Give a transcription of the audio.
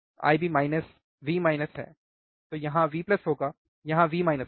तो यहाँ V होगा यहाँ V होगा